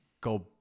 go